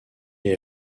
est